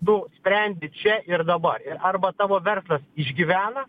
tu sprendi čia ir dabar arba tavo verslas išgyvena